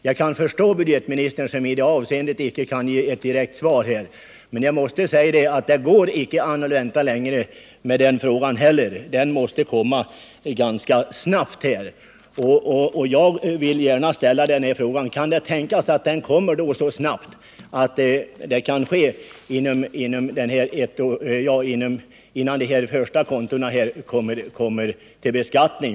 Jag kan förstå att budgetministern i det avseendet inte kan ge direkt svar, men det går inte att vänta längre med lösningen på det problemet. Den måste komma ganska snart, och jag vill gärna ställa frågan: Kan det tänkas att den kommer innan de första kontona skall beskattas?